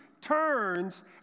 turns